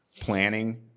planning